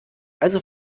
also